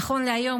נכון להיום,